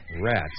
Rats